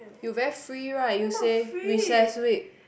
you very free right you say recess week